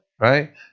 right